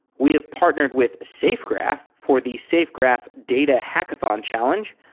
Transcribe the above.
we have partnered with safegraph for the safegraph data hackathon challenge.